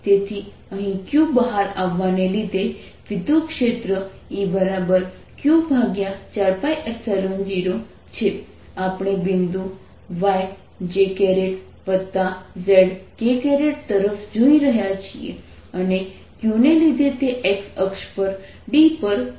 તેથી અહીં q બહાર આવવાને લીધે વિદ્યુતક્ષેત્ર E q4π0 છે આપણે બિંદુ yjzkતરફ જોઈ રહ્યા છીએ અને qને લીધે તે x અક્ષ પર d પર છે